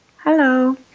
Hello